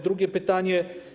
Drugie pytanie.